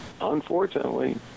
unfortunately